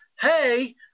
hey